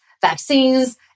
vaccines